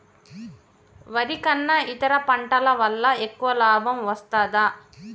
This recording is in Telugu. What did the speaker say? వరి కన్నా ఇతర పంటల వల్ల ఎక్కువ లాభం వస్తదా?